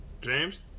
James